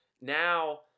now